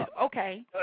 Okay